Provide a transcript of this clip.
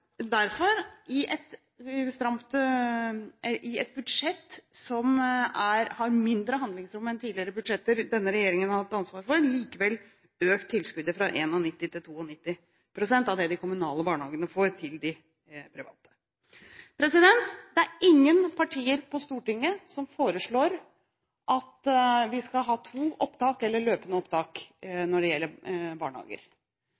derfor i et budsjett som har mindre handlingsrom enn tidligere budsjetter denne regjeringen har hatt ansvar for, likevel økt tilskuddet til de private barnehagene fra 91 pst. til 92 pst. av det de kommunale barnehagene får. Det er ingen partier på Stortinget som foreslår at vi skal ha to opptak eller løpende opptak